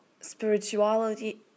spirituality